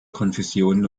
konfessionen